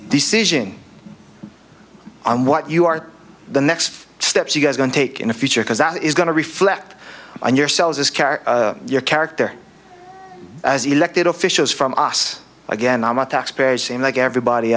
decision on what you are the next steps you guys going take in the future because that is going to reflect on yourselves as your character as elected officials from us again i want to experience seem like everybody